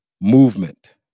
movement